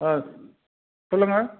ஆ சொல்லுங்கள்